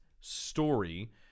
story